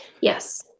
Yes